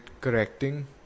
correcting